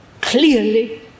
clearly